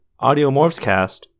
AudioMorphsCast